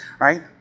right